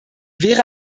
wäre